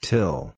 Till